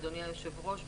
אדוני היושב-ראש.